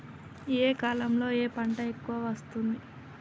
ఏ కాలంలో ఏ పంట ఎక్కువ వస్తోంది?